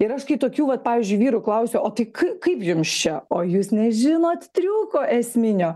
ir aš kai tokių vat pavyzdžiui vyrų klausiu o tik kaip kaip jums čia o jūs nežinot triuko esminio